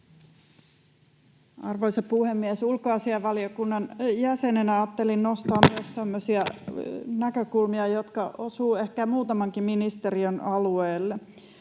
Arvoisa puhemies! Ulkoasiainvaliokunnan jäsenenä ajattelin nostaa myös tämmöisiä näkökulmia, jotka osuvat ehkä muutamankin ministeriön alueelle.